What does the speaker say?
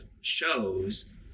shows